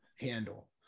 handle